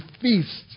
feast